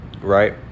Right